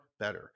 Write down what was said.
better